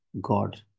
God